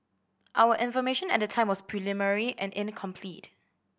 our information at the time was preliminary and incomplete